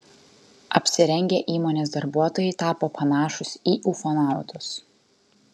apsirengę įmonės darbuotojai tapo panašūs į ufonautus